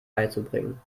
beizubringen